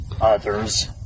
others